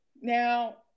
Now